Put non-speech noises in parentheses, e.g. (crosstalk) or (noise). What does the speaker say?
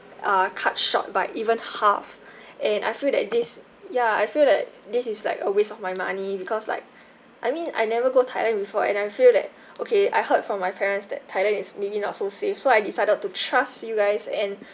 uh cut short by even half (breath) and I feel that this ya I feel that this is like a waste of my money because like (breath) I mean I never go thailand before and I feel that okay I heard from my parents that thailand is maybe not so safe so I decided to trust you guys and